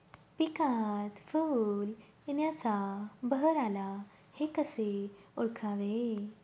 पिकात फूल येण्याचा बहर आला हे कसे ओळखावे?